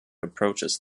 approaches